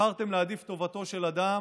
בחרתם להעדיף את טובתו של אדם